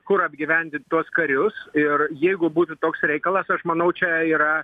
kur apgyvendint tuos karius ir jeigu būtų toks reikalas aš manau čia yra